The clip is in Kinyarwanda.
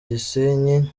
gisenyi